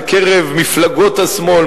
בקרב מפלגות השמאל,